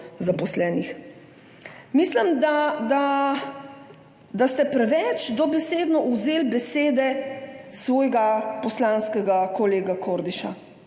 Mislim, da ste preveč dobesedno vzeli besede svojega poslanskega kolega Kordiša.